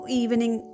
evening